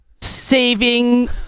saving